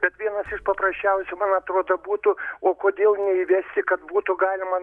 bet vienas iš paprasčiausių man atrodo būtų o kodėl neįvesti kad būtų galima